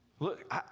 Look